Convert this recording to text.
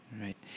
Right